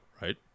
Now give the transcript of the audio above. right